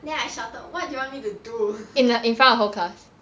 then I shouted what do you want me to do